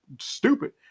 stupid